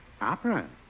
Opera